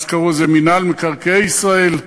אז קראו לזה מינהל מקרקעי ישראל,